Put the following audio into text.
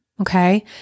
Okay